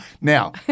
Now